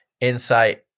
Insight